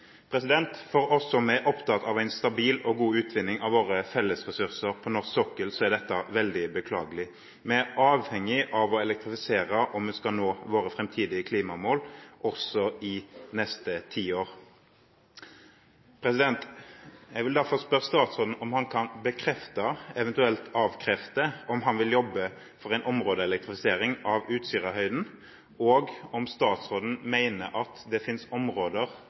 For oss som er opptatt av en stabil og god utvinning av våre fellesressurser på norsk sokkel, er dette veldig beklagelig. Vi er avhengig av å elektrifisere om vi skal nå våre framtidige klimamål, også i neste tiår. Jeg vil derfor spørre statsråden om han kan bekrefte, eventuelt avkrefte, om han vil jobbe for en områdeelektrifisering av Utsirahøyden, og om han mener at det finnes områder